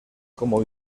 como